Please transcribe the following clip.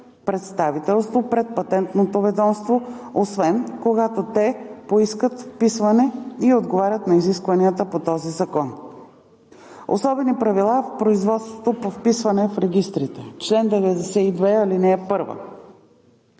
представителство пред Патентното ведомство, освен когато те поискат вписване и отговарят на изискванията на този закон. Особени правила в производството по вписване в регистрите Чл. 92. (1) За вписване